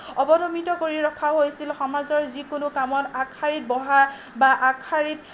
অৱদমিত কৰি ৰখা হৈছিল সমাজৰ যিকোনো কামত আগশাৰীত বহা বা